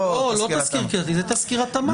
לא תסקיר קהילתי, זה תסקיר התאמה.